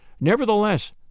Nevertheless